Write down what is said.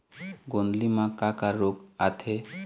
गोंदली म का का रोग आथे?